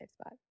spot